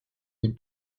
des